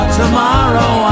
tomorrow